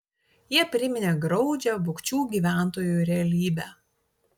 jie priminė graudžią bukčių gyventojų realybę